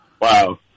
Wow